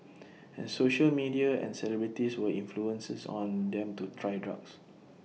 and social media and celebrities were influences on them to try drugs